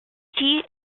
tea